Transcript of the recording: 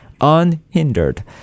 unhindered